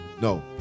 No